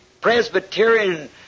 Presbyterian